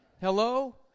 Hello